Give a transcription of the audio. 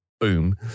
Boom